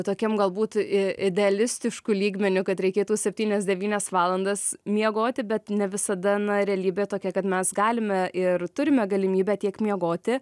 tokiam galbūt i idealistišku lygmeniu kad reikėtų septynias devynias valandas miegoti bet ne visada na realybė tokia kad mes galime ir turime galimybę tiek miegoti